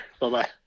Bye-bye